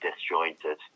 disjointed